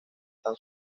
tan